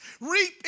reap